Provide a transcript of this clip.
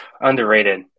underrated